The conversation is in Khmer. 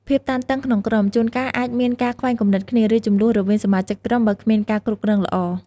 ភាពតានតឹងក្នុងក្រុម ជួនកាលអាចមានការខ្វែងគំនិតគ្នា ឬជម្លោះរវាងសមាជិកក្រុម បើគ្មានការគ្រប់គ្រងល្អ។